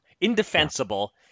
indefensible